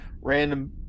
random